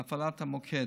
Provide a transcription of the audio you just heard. להפעלת המוקד.